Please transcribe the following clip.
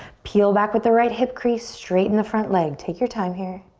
peel back with the right hip crease, straighten the front leg. take your time here.